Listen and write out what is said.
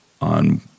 on